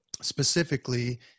specifically